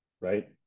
right